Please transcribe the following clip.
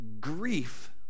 grief